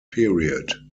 period